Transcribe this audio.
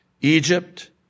Egypt